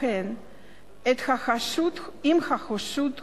ולכן אם החשוד הודה,